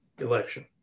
election